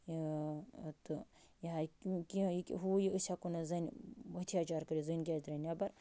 تہٕ ہُہ یہِ أسۍ ہٮ۪کَو نہٕ زَنٛنہِ ہتھیاچار کٔرِتھ زٔنۍ کیٛازِ درایہِ نٮ۪بَر